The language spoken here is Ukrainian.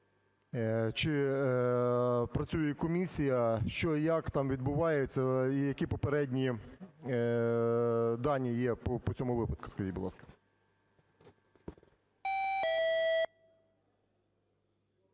Чи працює комісія? Що і як там відбувається? І які попередні дані є по цьому випадку, скажіть, будь ласка?